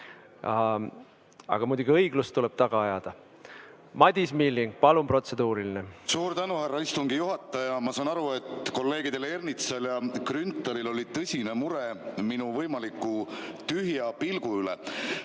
Aga muidugi, õiglust tuleb taga ajada. Madis Milling, palun, protseduuriline! Suur tänu, härra istungi juhataja! Ma saan aru, et kolleegidel Ernitsal ja Grünthalil oli tõsine mure minu võimaliku tühja pilgu